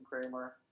Kramer